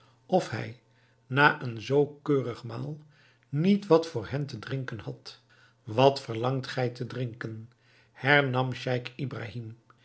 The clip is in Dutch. of hij na een zoo keurig maal niet wat voor hen te drinken had wat verlangt gij te drinken hernam scheich